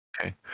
okay